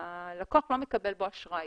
והלקוח לא מקבל בו אשראי.